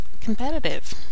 competitive